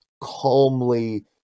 calmly